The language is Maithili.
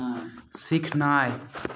सिखनाय